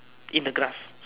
in the grass